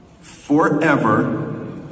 forever